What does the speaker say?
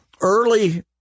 early